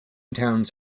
towns